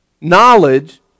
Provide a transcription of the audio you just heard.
knowledge